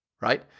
right